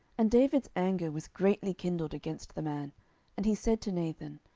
and david's anger was greatly kindled against the man and he said to nathan,